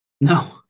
No